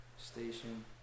station